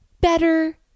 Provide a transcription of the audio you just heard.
better